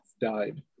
died